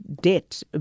debt